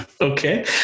Okay